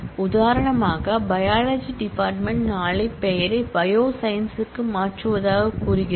உதாரணமாக biology department நாளை பெயரை பயோ சயின்ஸ் க்கு மாற்றுவதாகக் கூறுகிறது